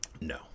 No